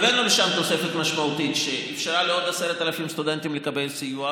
הבאנו לשם תוספת משמעותית שאפשרה לעוד 10,000 סטודנטים לקבל סיוע,